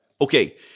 Okay